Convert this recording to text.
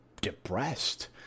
depressed